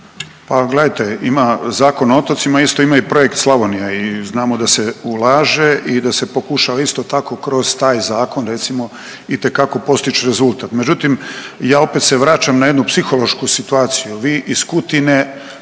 Pa gledajte ima Zakon o otocima isto ima i projekt Slavonija i znamo da se ulaže i da se pokušava isto tako kroz taj zakon recimo itekako postić rezultat, međutim ja opet se vraćam na jednu psihološku situaciju. Vi iz Kutine